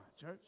church